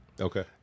Okay